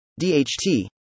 DHT